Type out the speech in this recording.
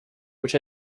which